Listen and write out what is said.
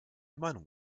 meinung